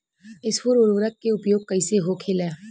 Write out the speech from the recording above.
स्फुर उर्वरक के उपयोग कईसे होखेला?